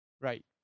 Right